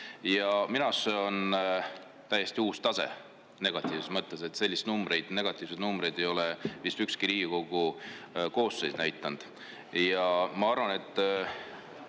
arust see on täiesti uus tase negatiivses mõttes, sellist numbrit, negatiivset numbrit, ei ole vist ükski Riigikogu koosseis näidanud. Ja ma arvan, et